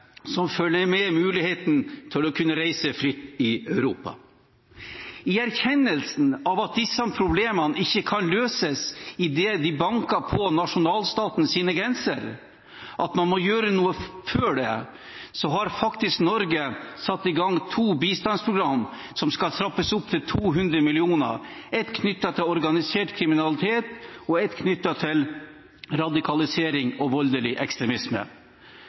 som også følger med muligheten til å kunne reise fritt i Europa. I erkjennelsen av at disse problemene ikke kan løses idet de banker på nasjonalstatens grenser, at man må gjøre noe før det, har Norge faktisk satt i gang to bistandsprogram, som skal trappes opp til 200 mill. kr – ett knyttet til organisert kriminalitet og ett knyttet til radikalisering og voldelig ekstremisme.